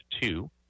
two